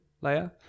layer